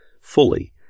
fully